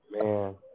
man